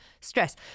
stress